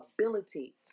ability